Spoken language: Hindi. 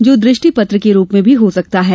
जो दृष्टिपत्र के रूप में भी हो सकता है